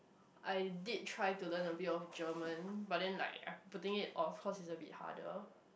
I did try to learn a bit of German but then like putting it off cause it's a bit harder